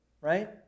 Right